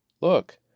Look